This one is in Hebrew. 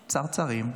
צרצרים.